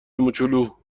موچولو